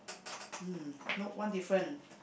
um no one different